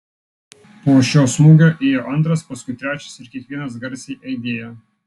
po šio smūgio ėjo antras paskui trečias ir kiekvienas garsiai aidėjo